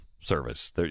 service